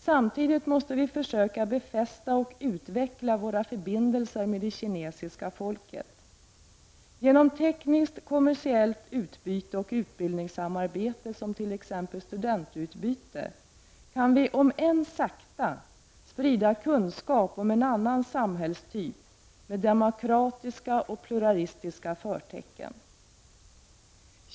Samtidigt måste vi försöka befästa och utveckla våra förbindelser med det kinesiska folket. Genom tekniskt och kommersiellt utbyte och utbildningssamarbete som t.ex. studentutbyte kan vi, om än sakta, sprida kunskap om en annan samhällstyp med demokratiska och pluralistiska förtecken.